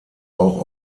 auch